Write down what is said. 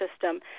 system